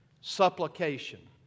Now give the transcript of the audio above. supplication